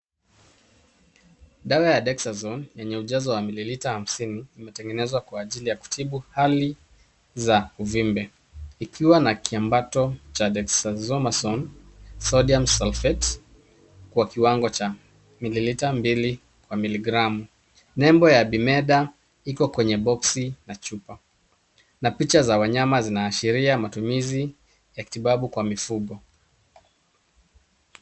Dawa ya Dexazone enye ujazo wa mililita hamsini imetengezwa kwa ajili ya kutibu hali za uzembe ikiwa na kiambato cha dexazone, sodium sulphate kwa kiwango cha mililita mbili kwa miligramu. Nebo ya Bimeta iko kwenye box na chuba na picha za wanyama inaashiria matumizi ya vitibabu kwa mifugo.